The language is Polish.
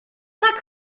tak